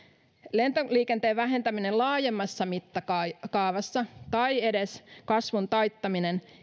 lentoliikenteen vähentäminen laajemmassa mittakaavassa tai edes kasvun taittaminen